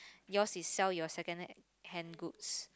yours is sell your secondh~ hand goods